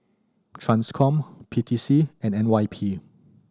Transcom P T C and N Y P